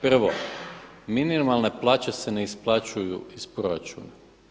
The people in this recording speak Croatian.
Prvo, minimalna plaće se ne isplaćuju iz proračuna.